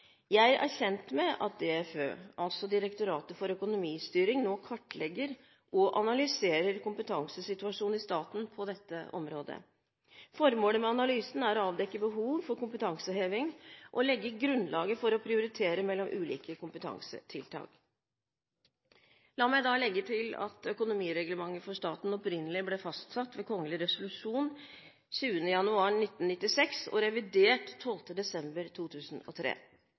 Jeg er kjent med at DFØ, altså Direktoratet for økonomistyring, nå kartlegger og analyserer kompetansesituasjonen i staten på dette området. Formålet med analysen er å avdekke behov for kompetanseheving og legge grunnlaget for å prioritere mellom ulike kompetansetiltak. La meg legge til at økonomireglementet for staten opprinnelig ble fastsatt ved kgl. resolusjon av 26. januar 1996 og revidert 12. desember 2003.